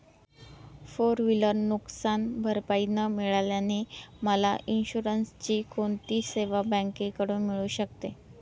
Four wheeler नुकसानभरपाई न मिळाल्याने मला इन्शुरन्सची कोणती सेवा बँकेकडून मिळू शकते?